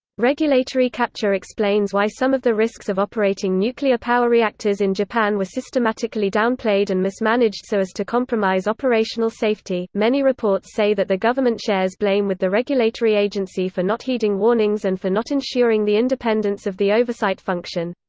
regulatory capture explains why some of the risks of operating nuclear power reactors in japan were systematically downplayed and mismanaged so as to compromise operational safety many reports say that the government shares blame with the regulatory agency for not heeding warnings and for not ensuring the independence of the oversight function.